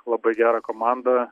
labai gerą komandą